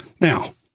now